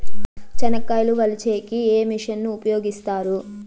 చెనక్కాయలు వలచే కి ఏ మిషన్ ను ఉపయోగిస్తారు?